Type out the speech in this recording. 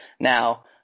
Now